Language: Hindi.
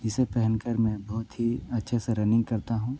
इसे पहनकर मैं बहुत ही अच्छे से रनिंग करता हूँ